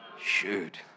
Shoot